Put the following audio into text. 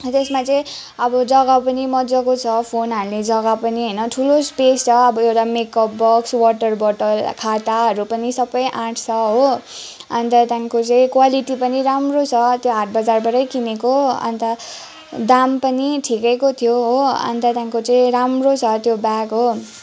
त्यसमा चाहिँ अब जग्गा पनि मजाको छ फोन हाल्ने जग्गा पनि होइन ठुलो स्पेस छ अब एउटा मेकअप बक्स वाटर बोटल खाताहरू पनि सबै अट्छ हो अन्त त्यहाँदेखिन्को चाहिँ क्वालिटी पनि राम्रो छ त्यो हाट बजारबाटै किनेको अन्त दाम पनि ठिकैको थियो हो अन्त त्यहाँदेखिन्को चाहिँ राम्रो छ त्यो ब्याग हो